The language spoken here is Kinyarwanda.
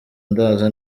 ndaza